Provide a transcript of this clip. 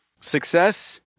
success